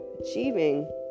achieving